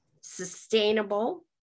sustainable